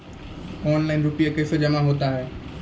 Online रुपये कैसे जमा होता हैं?